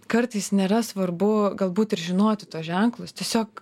kartais nėra svarbu galbūt ir žinoti tuos ženklus tiesiog